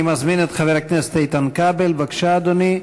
אני מזמין את חבר הכנסת איתן כבל, בבקשה, אדוני.